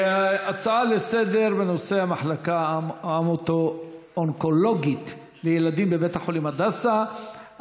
הצעה לסדר-היום בנושא המחלקה ההמטו-אונקולוגית לילדים בבית החולים הדסה,